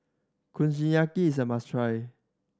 kushiyaki is a must try